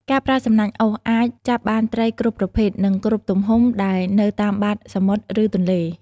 ការប្រើសំណាញ់អូសអាចចាប់បានត្រីគ្រប់ប្រភេទ និងគ្រប់ទំហំដែលនៅតាមបាតសមុទ្រ ឬទន្លេ។